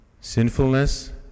sinfulness